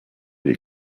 les